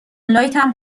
لایتم